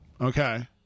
Okay